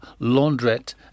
laundrette